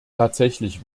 tatsächlich